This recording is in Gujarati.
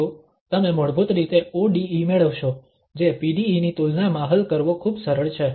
તો તમે મૂળભૂત રીતે ODE મેળવશો જે PDE ની તુલનામાં હલ કરવો ખૂબ સરળ છે